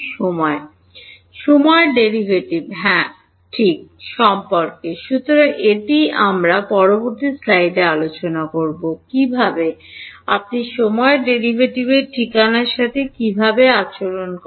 সময় ডেরাইভেটিভ হ্যাঁ কি সম্পর্কে সুতরাং এটিই আমরা পরবর্তী স্লাইডে আলোচনা করব কীভাবে আপনি সময় ডেরাইভেটিভ ঠিকানার সাথে কীভাবে আচরণ করেন